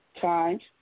times